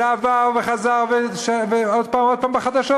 זה עבר וחזר, ועוד הפעם בחדשות.